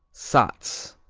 satz